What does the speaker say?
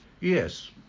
Yes